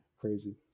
crazy